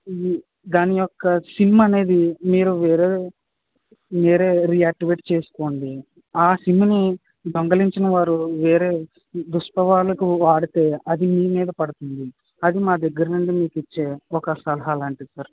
ఇది దాని యొక్క సిమ్ అనేది మీరు వేరే వేరే రీయాక్టివేట్ చేసుకోండి ఆ సిమ్ని దొంగలించినవారు వేరే దుష్ప్రభావాలకు వాడితే అది మీ మీద పడుతుంది అది మా దగ్గర నుండి మీకు ఇచ్చే ఒక సలహా లాంటిది సార్